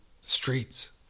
streets